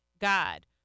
God